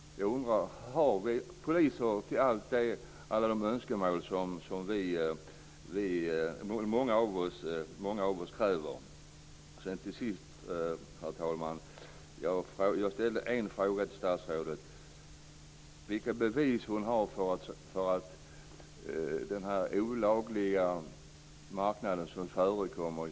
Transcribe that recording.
Finns det poliser för att täcka alla de önskemål många av oss har? Herr talman! Jag ställde en fråga till statsrådet.